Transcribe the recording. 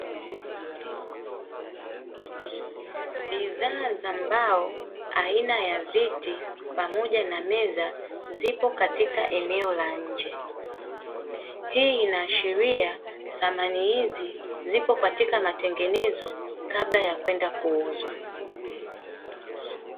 Bidhaa za mbao aina ya viti pamoja na meza, zipo katika eneo la nje. Hii inaashiria samani hizi, zipo katika matengenezo kabla ya kwenda kuuzwa.